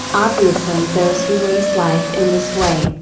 obviously those who waste life in this way,